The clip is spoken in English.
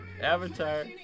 Avatar